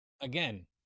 again